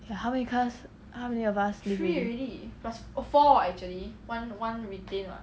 ya how many class how many of us leave already